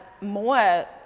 more